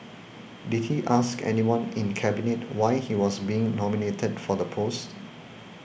did he ask anyone in Cabinet why he was being nominated for the post